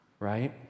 Right